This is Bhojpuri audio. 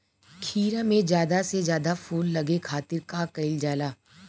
खीरा मे ज्यादा से ज्यादा फूल लगे खातीर का कईल जाला?